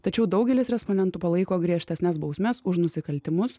tačiau daugelis respondentų palaiko griežtesnes bausmes už nusikaltimus